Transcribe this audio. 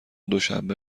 دوشنبه